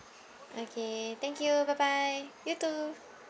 okay thank you bye bye you too